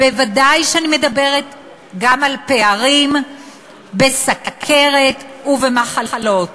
בוודאי שאני מדברת גם על פערים בסוכרת ובמחלות.